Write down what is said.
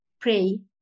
pray